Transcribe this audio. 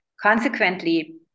Consequently